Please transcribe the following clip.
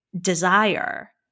desire